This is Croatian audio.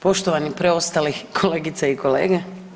Poštovani preostali kolegice i kolege.